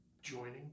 Joining